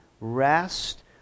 rest